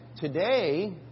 today